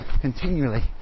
continually